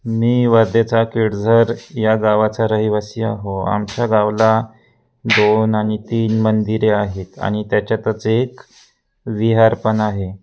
मी वर्धेचा केळझर या गावाचा रहिवासी आहे आमच्या गावाला दोन आणि तीन मंदिरे आहेत आणि त्याच्यातच एक विहार पण आहे